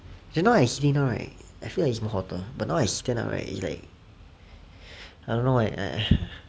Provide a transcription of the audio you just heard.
just now I sitting down right I feel like it's even hotter but now that I stand up right it's like I don't know eh I